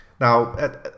Now